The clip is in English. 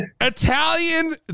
italian